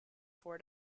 four